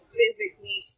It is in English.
physically